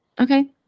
Okay